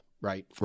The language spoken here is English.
Right